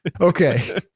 okay